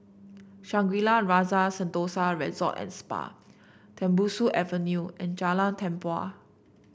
Shangri La Rasa Sentosa Resort And Spa Tembusu Avenue and Jalan Tempua